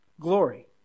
Glory